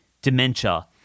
dementia